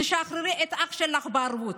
תשחררי את אח שלך בערבות.